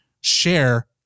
share